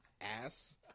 ass